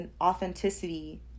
authenticity